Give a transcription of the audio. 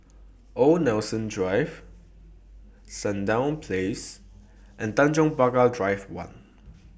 Old Nelson Drive Sandown Place and Tanjong Pagar Drive one